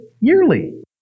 yearly